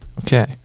Okay